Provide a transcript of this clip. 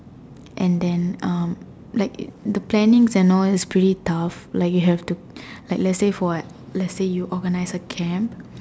and then um like the plannings and all that is pretty tough like you have to like let's say for like let's say you organise a camp